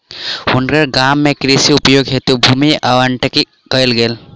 हुनकर गाम में कृषि उपयोग हेतु भूमि आवंटित कयल गेल